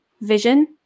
vision